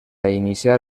iniciar